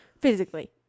physically